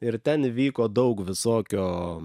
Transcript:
ir ten vyko daug visokio